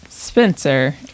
Spencer